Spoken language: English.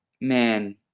Man